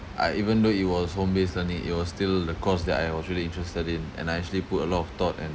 uh even though it was home based only it was still the course that I was really interested in and I actually put a lot of thought and